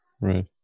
Right